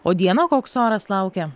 o dieną koks oras laukia